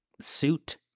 suit